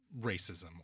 racism